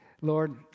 Lord